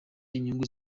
n’inyungu